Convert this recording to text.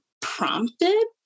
prompted